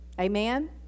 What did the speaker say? Amen